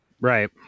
Right